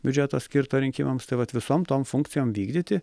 biudžeto skirto rinkimams tai vat visom tom funkcijom vykdyti